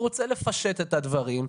הוא רוצה לפשט את הדברים.